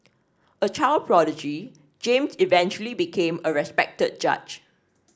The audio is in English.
a child prodigy James eventually became a respected judge